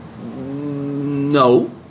no